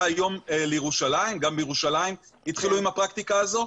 היום לירושלים וגם בירושלים התחילו עם הפרקטיקה הזאת.